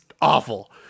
awful